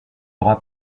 aura